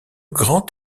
grand